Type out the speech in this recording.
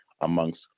amongst